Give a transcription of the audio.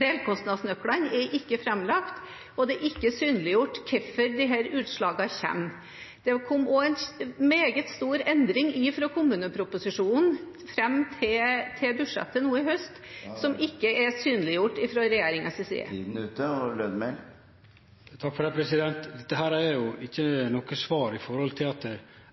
Delkostnadsnøklene er ikke framlagt, og det er ikke synliggjort hvorfor disse utslagene kommer. Det kom også en meget stor endring fra kommuneproposisjonen fram til budsjettet nå i høst, som ikke er synliggjort fra regjeringens side. Dette er ikkje noko svar, for